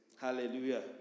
Hallelujah